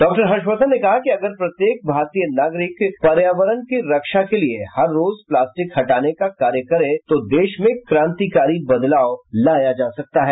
डॉ हर्षवर्धन ने कहा कि अगर प्रत्येक भारतीय नागरिक पर्यावरण की रक्षा के लिए हर रोज प्लास्टिक हटाने का कार्य करे तो देश में क्रांतिकारी बदलाव लाया जा सकता है